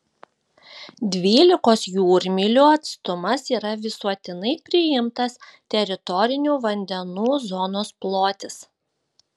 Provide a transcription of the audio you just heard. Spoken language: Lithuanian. dvylikos jūrmylių atstumas yra visuotinai priimtas teritorinių vandenų zonos plotis